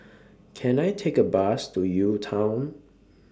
Can I Take A Bus to UTown